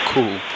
Cool